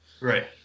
Right